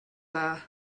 dda